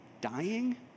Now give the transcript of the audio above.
dying